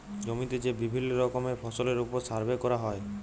জমিতে যে বিভিল্য রকমের ফসলের ওপর সার্ভে ক্যরা হ্যয়